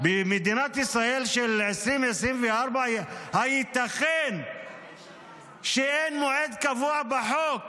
במדינת ישראל של 2024, הייתכן שאין מועד קבוע בחוק